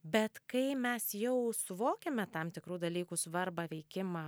bet kai mes jau suvokiame tam tikrų dalykų svarbą veikimą